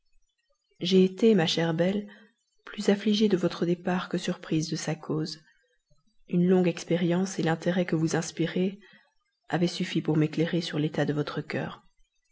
j'ai été ma chère belle plus affligée de votre départ que surprise de sa cause une longue expérience et l'intérêt que vous inspirez avaient suffi pour m'éclairer sur l'état de votre cœur